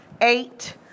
eight